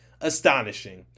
Astonishing